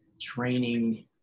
training